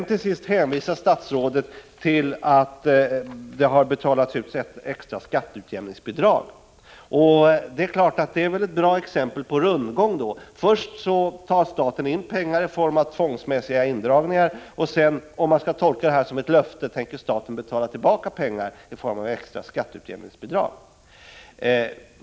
Till sist hänvisar statsrådet till att det har betalats ut extra skatteutjämningsbidrag. Det är ett bra exempel på rundgång: först tar staten in pengar i form av tvångsmässiga indragningar, och sedan — om jag skall tolka det som ett löfte — tänker staten betala tillbaka pengarna i form av extra skatteutjämningsbidrag.